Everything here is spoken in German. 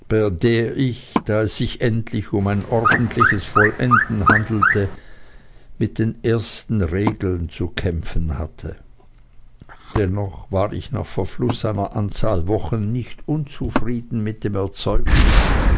ich da es sich endlich um ein ordentliches vollenden handelte mit den ersten regeln zu kämpfen hatte dennoch war ich nach verfluß einer anzahl wochen nicht unzufrieden mit dem erzeugnis